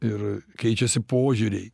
ir keičiasi požiūriai